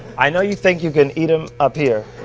i know you think you can eat em up here.